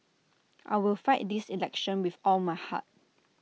I will fight this election with all my heart